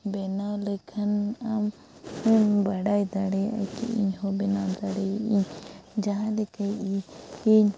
ᱵᱮᱱᱟᱣ ᱞᱮᱠᱷᱟᱱ ᱟᱢ ᱦᱚᱢ ᱵᱟᱰᱟᱭ ᱫᱟᱲᱮᱭᱟᱜᱼᱟ ᱠᱤ ᱤᱧ ᱦᱚᱸ ᱵᱮᱱᱟᱣ ᱫᱟᱲᱮᱭᱟᱜ ᱤᱧ ᱡᱟᱦᱟᱸ ᱞᱮᱠᱟ ᱤᱧ ᱤᱧ